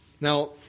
Now